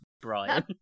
Brian